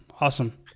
Awesome